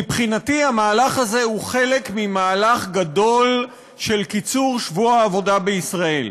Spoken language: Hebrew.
מבחינתי המהלך הזה הוא חלק ממהלך גדול של קיצור שבוע העבודה בישראל.